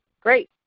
Great